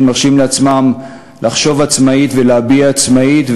מרשים לעצמם לחשוב עצמאית ולהביע עצמאית,